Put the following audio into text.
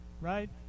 right